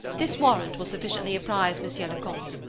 this warrant will sufficiently apprise monsieur le comte.